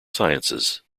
sciences